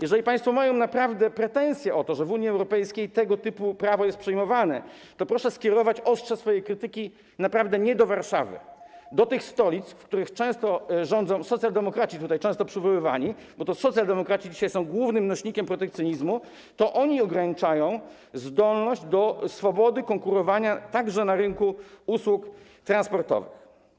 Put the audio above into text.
Jeżeli państwo naprawdę mają pretensje o to, że w Unii Europejskiej tego typu prawo jest przyjmowane, to proszę skierować ostrze swojej krytyki nie do Warszawy, ale do tych stolic, w których często rządzą socjaldemokraci - często tutaj przywoływani - bo to socjaldemokraci są dzisiaj głównym nośnikiem protekcjonizmu, to oni ograniczają zdolność do swobody konkurowania także na rynku usług transportowych.